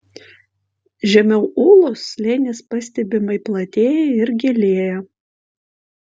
žemiau ūlos slėnis pastebimai platėja ir gilėja